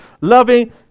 loving